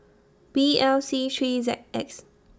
B L C three Z X